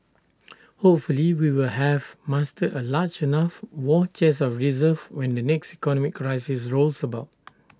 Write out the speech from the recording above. hopefully we will have mustered A large enough war chest of reserves when the next economic crisis rolls about